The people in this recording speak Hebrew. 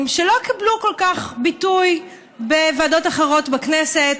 שלא קיבלו כל כך ביטוי בוועדות אחרות בכנסת,